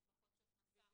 יש לו פחות שעות מסך.